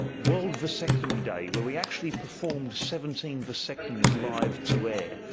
world vasectomy day, where we actually performed seventeen vasectomies live to air,